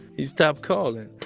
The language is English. he stopped calling.